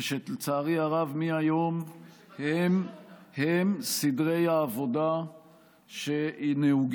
ושלצערי הרב מהיום הם סדרי העבודה שנהוגים